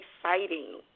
exciting